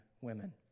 women